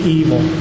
evil